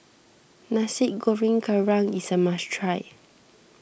Nasi Goreng Kerang is a must try